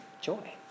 joy